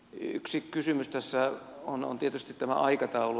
yksi kysymys tässä on tietysti tämä aikataulu